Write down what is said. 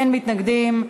אין מתנגדים.